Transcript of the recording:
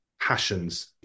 passions